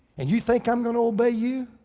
and you think i'm gonna obey you?